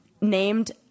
named